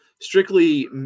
strictly